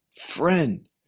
friend